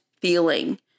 feeling